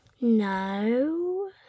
No